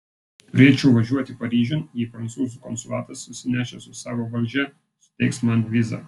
turėčiau važiuoti paryžiun jei prancūzų konsulatas susinešęs su savo valdžia suteiks man vizą